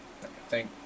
Thank